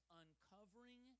uncovering